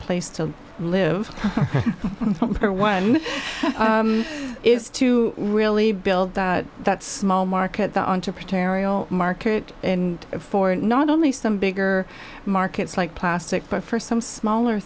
place to live or one is to really build that small market the entrepreneurial market and for not only some bigger markets like plastic but for some smaller